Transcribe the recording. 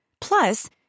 Plus